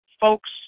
folks